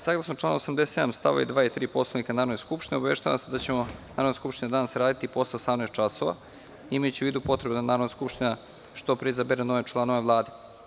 Saglasno članu 87. stavovi 2. i 3. Poslovnika Narodne skuppštine, obaveštavam vas da ćemo danas raditi i posle 18,00 časova, imajući u vidu potrebu da Narodna skupština što pre izabere nove članove Vlade.